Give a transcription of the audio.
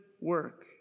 work